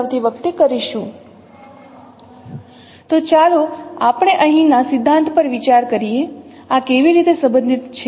0140 સમયેસ્લાઇડ ચકાસો તો ચાલો આપણે અહીંના સિદ્ધાંત પર વિચાર કરીએ આ કેવી રીતે સંબંધિત છે